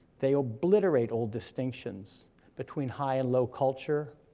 they obliterate old distinctions between high and low culture,